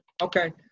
okay